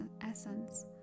essence